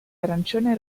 arancione